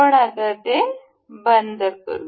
आपण हे आता बंद करू